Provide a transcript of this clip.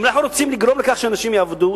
אם אנחנו רוצים לגרום לכך שאנשים יעבדו,